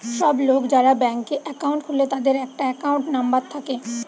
সব লোক যারা ব্যাংকে একাউন্ট খুলে তাদের একটা একাউন্ট নাম্বার থাকে